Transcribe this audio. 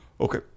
okay